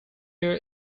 year